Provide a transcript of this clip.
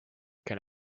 can